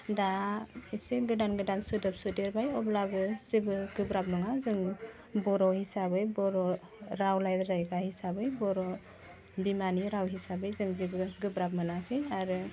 दा एसे गोदान गोदान सोदोब सोदेरबाय अब्लाबो जेबो गोब्राब नङा जों बर' हिसाबै बर' राव रायलायग्रा हिसाबै बर' बिमानि राव हिसाबै जों जेबो गोब्राब मोनाखै आरो